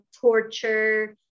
torture